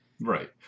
Right